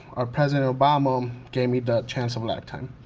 our president obama um gave me the chance of a lifetime.